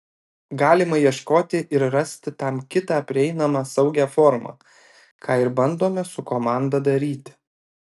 galima ieškoti ir rasti tam kitą prieinamą saugią formą ką ir bandome su komanda daryti